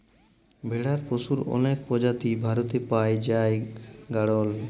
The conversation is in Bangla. ভেড়ার পশুর অলেক প্রজাতি ভারতে পাই জাই গাড়ল